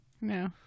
No